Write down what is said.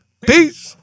Peace